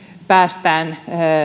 päästään